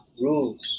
rules